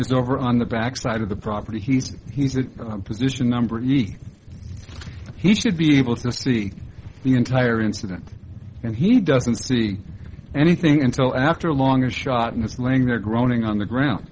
is over on the back side of the property he's heated position number three he should be able to see the entire incident and he doesn't see anything until after a long shot and it's laying there groaning on the ground